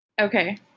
Okay